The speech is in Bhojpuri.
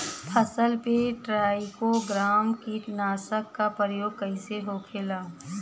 फसल पे ट्राइको ग्राम कीटनाशक के प्रयोग कइसे होखेला?